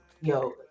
yo